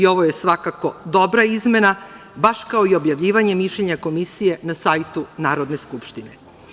Ovo je svakako dobra izmena, baš kao i objavljivanje mišljenja komisije na sajtu Narodne skupštine.